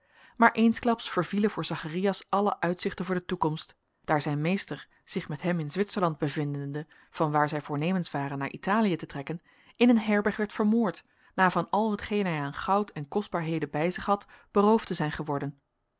maar eensklaps vervielen voor zacharias alle uitzichten voor de toekomst daar zijn meester zich met hem in zwitserland bevindende van waar zij voornemens waren naar italië te trekken in een herberg werd vermoord na van al hetgeen hij aan goud en kostbaarheden bij zich had beroofd te zijn geworden